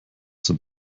sind